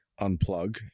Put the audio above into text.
unplug